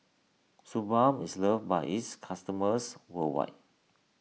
Suu Balm is loved by its customers worldwide